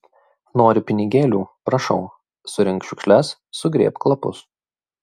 nori pinigėlių prašau surink šiukšles sugrėbk lapus